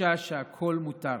ותחושה שהכול מותר.